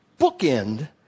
bookend